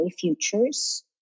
Futures